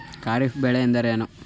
ಖಾರಿಫ್ ಬೆಳೆ ಎಂದರೇನು?